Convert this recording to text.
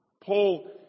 Paul